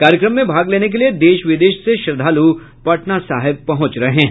कार्यक्रम में भाग लेने के लिए देश विदेश से श्रद्धालु पटना साहिब पहुंच रहे हैं